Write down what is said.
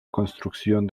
construcción